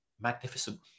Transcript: magnificent